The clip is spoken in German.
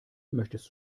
möchtest